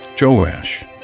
Joash